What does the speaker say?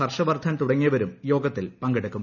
ഹർഷ്ടവ്വർദ്ധൻ തുടങ്ങിയവരും യോഗത്തിൽ പങ്കെടുക്കും